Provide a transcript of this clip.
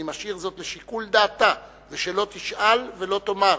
משאיר זאת לשיקול דעתה ושלא תשאל ולא תאמר.